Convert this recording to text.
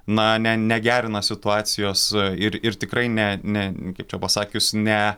na ne negerina situacijos ir ir tikrai ne ne kaip čia pasakius ne